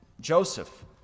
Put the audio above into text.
Joseph